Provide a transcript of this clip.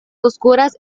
oscuras